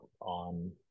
on